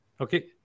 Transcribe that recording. Okay